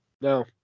No